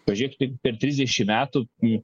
pažiūrėkit per trisdešimt metų į